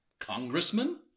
Congressman